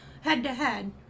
head-to-head